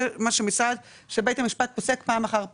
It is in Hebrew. זה מה שבית המשפט פוסק פעם אחר פעם,